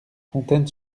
fontaine